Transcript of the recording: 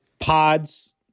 pods